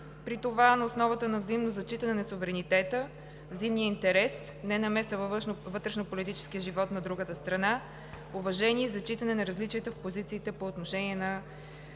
при това на основата на взаимно зачитане на суверенитета, взаимния интерес, ненамеса във вътрешнополитическия живот на друга страна, уважение и зачитане на различията в позициите по отношение на